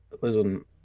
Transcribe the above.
listen